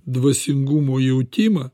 dvasingumo jautimą